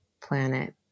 planet